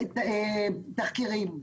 תחקירים.